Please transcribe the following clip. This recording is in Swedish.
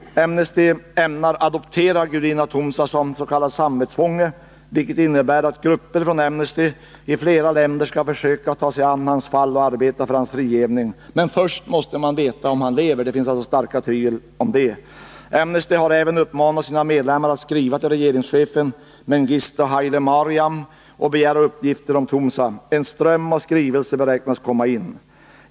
Amnesty ämnar ”adoptera” Gudina Tumsa som s.k. samvetsfånge, vilket innebär att grupper från Amnesty i flera länder skall försöka ta sig an hans fall och arbeta för hans frigivning. Men först måste man veta om han lever, och det finns alltså starka tvivel om det. Amnesty har även uppmanat sina medlemmar att skriva till regeringschefen Mengistu Haile Mariam och begära uppgifter om Tumsa. En ström av skrivelser beräknas komma in.